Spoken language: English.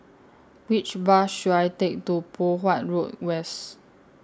Which Bus should I Take to Poh Huat Road West